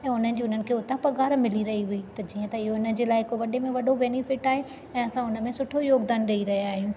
ऐं उनजे उन्हनि जे उता पघार मिली रही हुई त जीअं त इहे उन जे लाइ हिकु वॾे में वॾो बेनिफिट आहे ऐं असां उनमें सुठो योगदानु ॾेई रहिया आहियूं